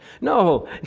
No